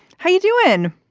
how you doing?